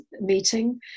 meeting